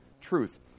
truth